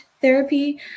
therapy